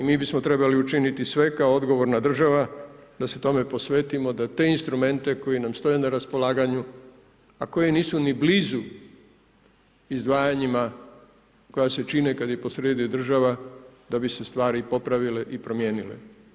I mi bismo trebali učiniti sve kao odgovorna država, da se tome posvetimo, da te instrumente koji nam stoje na raspolaganju, a koje nisu ni blizu izdvajanjima, koja se čini kada je po sredi država da bi se stvari popravile i promijenile.